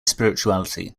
spirituality